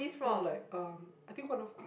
some like uh I think one of